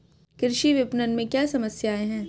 कृषि विपणन में क्या समस्याएँ हैं?